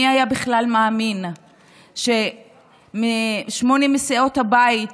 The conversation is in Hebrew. מי היה בכלל מאמין ששמונה מסיעות הבית